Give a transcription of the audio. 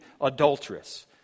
adulteress